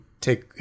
take